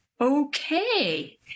Okay